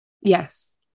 yes